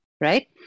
right